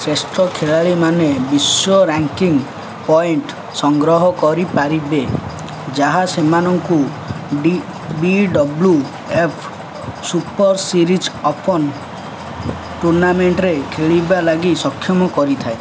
ଶ୍ରେଷ୍ଠ ଖେଳାଳିମାନେ ବିଶ୍ୱ ରାଙ୍କିଙ୍ଗ୍ ପଏଣ୍ଟ୍ ସଂଗ୍ରହ କରିପାରିବେ ଯାହା ସେମାନଙ୍କୁ B W F super series open ଟୋର୍ଣ୍ଣାମେଣ୍ଟରେ ଖେଳିବା ଲାଗି ସକ୍ଷମ କରିଥାଏ